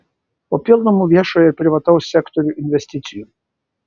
papildomų viešojo ir privataus sektorių investicijų